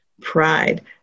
Pride